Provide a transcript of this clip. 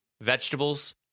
vegetables